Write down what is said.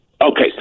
Okay